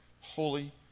holy